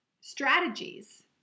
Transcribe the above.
strategies